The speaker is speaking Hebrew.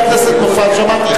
מופז.